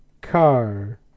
car